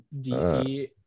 DC